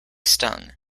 stung